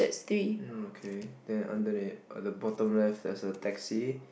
um okay then underneath the bottom left has a taxi